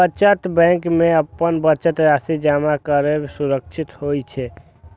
बचत बैंक मे अपन बचत राशि जमा करब सुरक्षित होइ छै